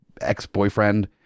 ex-boyfriend